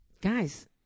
Guys